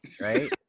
right